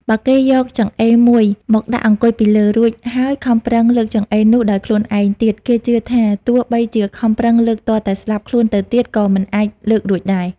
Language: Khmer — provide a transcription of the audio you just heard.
បើគេយកចង្អេរមួយមកដាក់អង្គុយពីលើ រួចហើយខំប្រឹងលើកចង្អេរនោះដោយខ្លួនឯងទៀត គេជឿថា ទោះបីជាខំប្រឹងលើកទាល់តែស្លាប់ខ្លួនទៅទៀត ក៏មិនអាចលើករួចដែរ។